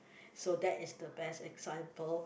so that is the best example